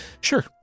Sure